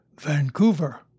Vancouver